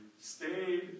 stayed